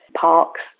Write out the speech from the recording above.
Parks